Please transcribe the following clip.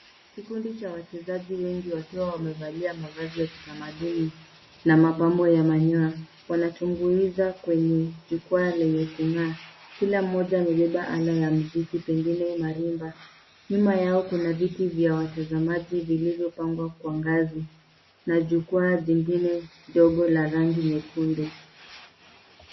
Kikundi cha wachezaji wengi wakiwa wamevalia mavazi ya kitamaduni na mapambo ya manyoa. Wanatumbuiza kwenye jukwaa lenye kung'aa .Kila mmoja amebeba ala ya muziki pengine marimba. Nyuma yao kuna viti vyavwatazamaji vilivyopangwa kwa ngazi na jukwaa jingine dogo la rangi nyekundu.